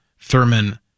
Thurman